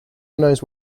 knows